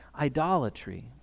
idolatry